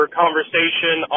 conversation